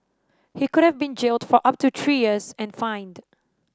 he could have been jailed for up to three years and fined